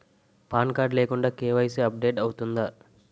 Pan card లేకుండా KYC update అవుతుందా?